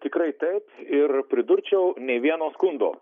tikrai taip ir pridurčiau nei vieno skundo